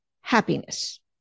happiness